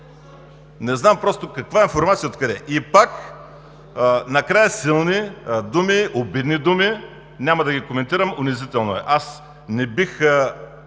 Не знам просто каква информация и откъде. И пак накрая силни думи, обидни думи, няма да ги коментирам, унизително е. Аз никога